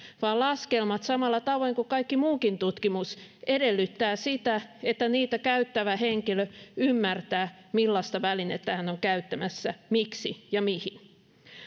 vaan laskelmat samalla tavoin kuin kaikki muukin tutkimus edellyttävät sitä että niitä käyttävä henkilö ymmärtää millaista välinettä hän on käyttämässä miksi ja mihin